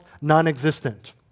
non-existent